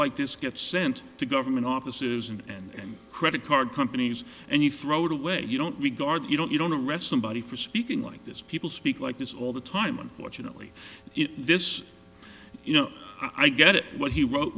like this get sent to government offices and credit card companies and you throw it away you don't regard you don't you don't arrest somebody for speaking like this people speak like this all the time unfortunately this you know i get it what he wrote